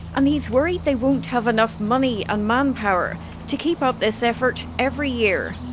and he's worried they won't have enough money and manpower to keep up this effort every year.